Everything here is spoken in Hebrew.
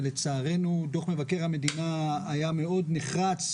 ולצערנו דוח מבקר המדינה היה מאוד נחרץ,